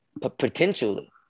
potentially